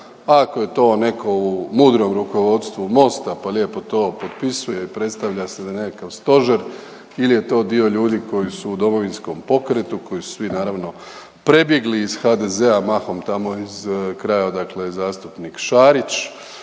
Ako je to netko u mudrom rukovodstvu Mosta pa lijepo to potpisuje i predstavlja se da je nekakav stožer ili je to dio ljudi koji su u Domovinskom pokretu koji su svi naravno prebjegli iz HDZ-a mahom tamo iz kraja odakle je zastupnik Šarić